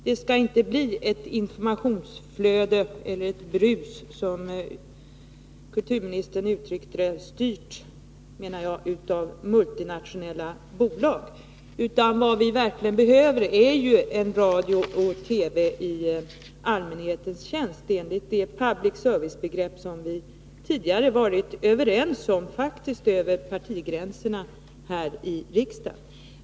Det får inte bli ett informationsflöde — ett brus, som kulturministern uttryckte det — styrt av multinationella bolag, utan vad vi verkligen behöver är en radio och TV i allmänhetens tjänst, enligt det public service-begrepp som vi faktiskt tidigare varit överens om över partigränserna här i riksdagen.